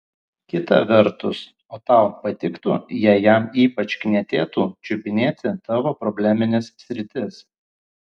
kita vertus o tau patiktų jei jam ypač knietėtų čiupinėti tavo problemines sritis